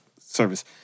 service